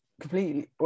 completely